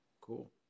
Cool